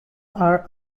are